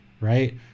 right